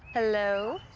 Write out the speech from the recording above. hello?